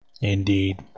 Indeed